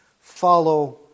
follow